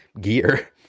gear